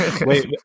Wait